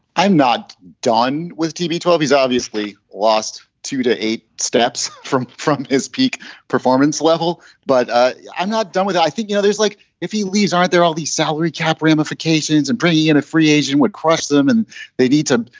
i'm not done with tb. twelve. he's obviously lost two to eight steps from from his peak performance level, but ah i'm not done with that. i think, you know, there's like if he leaves, aren't there all these salary cap ramifications and brady in a free agent would crush them and they need to,